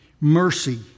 mercy